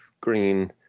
green